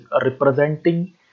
representing